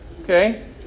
okay